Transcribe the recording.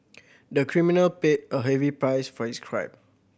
the criminal paid a heavy price for his crime